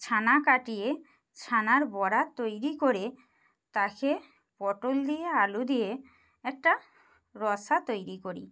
ছানা কাটিয়ে ছানার বড়া তৈরি করে তাকে পটল দিয়ে আলু দিয়ে একটা রসা তৈরি করি